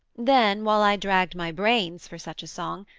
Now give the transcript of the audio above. then while i dragged my brains for such a song,